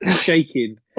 shaking